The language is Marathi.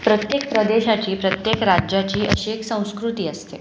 प्रत्येक प्रदेशाची प्रत्येक राज्याची अशी एक संस्कृती असते